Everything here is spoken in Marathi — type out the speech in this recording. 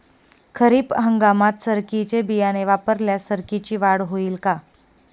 खरीप हंगामात सरकीचे बियाणे वापरल्यास सरकीची वाढ होईल का?